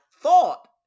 thought